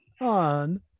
on